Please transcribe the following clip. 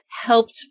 helped